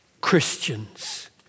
Christians